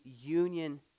union